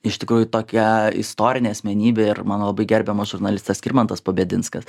iš tikrųjų tokia istorinė asmenybė ir mano labai gerbiamas žurnalistas skirmantas pabedinskas